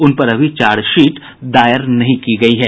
उन पर अभी चार्जशीट दायर नहीं की गयी है